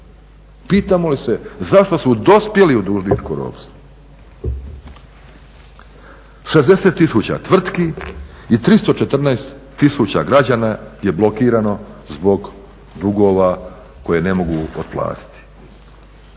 Pitamo li se zašto su dospjeli u dužničko ropstvo? 60 tisuća tvrtki i 314 tisuća građana je blokirano zbog dugova koje ne mogu otplatiti.